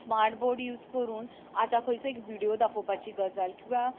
smart board use करून आतां खंयसरूय एक विडिओ दाखोपाची गजाल किंवां